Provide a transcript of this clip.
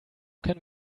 can